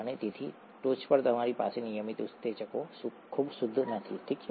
અને તેની ટોચ પર તમારી પાસે નિયમિત ઉત્સેચકો ખૂબ શુદ્ધ નથી ઠીક છે